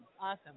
awesome